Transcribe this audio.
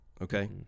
Okay